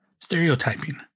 stereotyping